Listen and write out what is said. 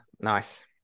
nice